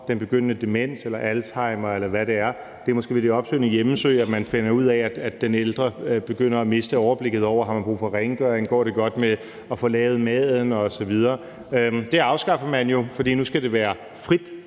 den begyndende demens, alzheimer, eller hvad det er. Det er måske ved de opsøgende hjemmebesøg, man finder ud af, at den ældre begynder at miste overblikket over, om man har brug for rengøring, om det går godt med at få lavet mad, osv. Det afskaffer man jo, fordi det nu skal være frit